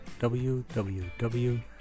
www